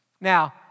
Now